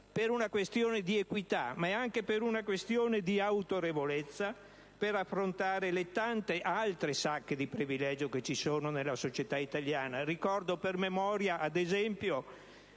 per una questione di equità, ma anche di autorevolezza, per affrontare le tante altre sacche di privilegio che ci sono nella società italiana. Ricordo per memoria, ad esempio,